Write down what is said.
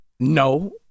No